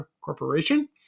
Corporation